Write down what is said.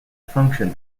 function